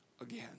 again